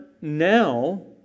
now